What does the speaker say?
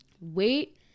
wait